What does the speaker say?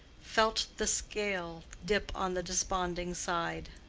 felt the scale dip on the desponding side.